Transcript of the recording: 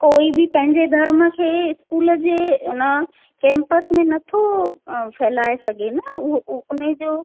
कोई बि पंहिंजे धर्म खे स्कूल जे न कैंपस में नथो फहिलाए सघे न उहो उन जो